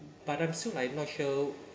but I'm still like not sure